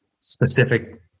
specific